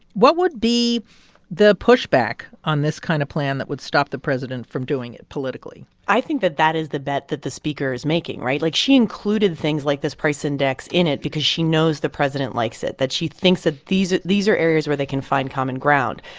what would be the pushback on this kind of plan that would stop the president from doing it politically? i think that that is the bet that the speaker is making, right? like, she included things like this price index in it because she knows the president likes it, that she thinks that these are areas where they can find common ground.